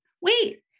Wait